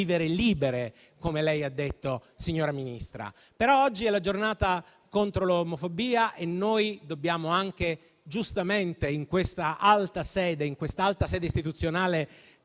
vivere libere, come lei ha detto, signora Ministra. Oggi è la giornata contro l'omofobia e noi dobbiamo, anche giustamente, in questa alta sede istituzionale,